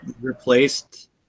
replaced